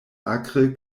akre